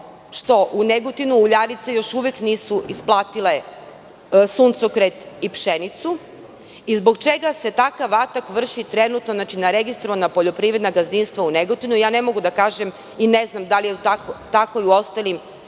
što u Negotinu uljarice još uvek nisu isplatile suncokret i pšenicu i zbog čega se takav atak vrši trenutno, znači, na registrovana poljoprivredna gazdinstva u Negotinu? Ja ne mogu da kažem i ne znam da li je tako i u ostalim